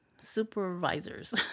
supervisors